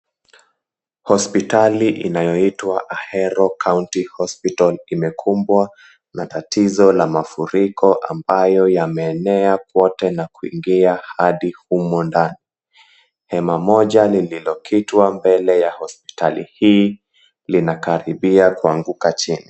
Hospitali inayoitwa Ahero County Hospital, imekumbwa na tatizo la mafuriko ambayo yameene kote na kuingia hadi humo ndani. Hema moja lililokitwa mbele ya hospitali hii linakaribia kuanguka chini.